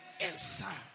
inside